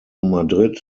madrid